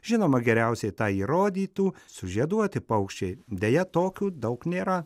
žinoma geriausiai tą įrodytų sužieduoti paukščiai deja tokių daug nėra